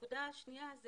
הנקודה השנייה,